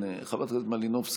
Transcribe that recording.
חברת הכנסת מלינובסקי,